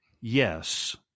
yes